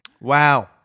Wow